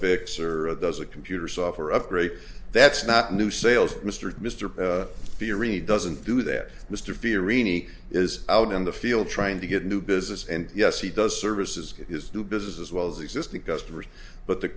fix or does a computer software upgrade that's not new sales mr mr theory doesn't do that mr fear rini is out in the field trying to get new business and yes he does services his new business as well as existing customers but the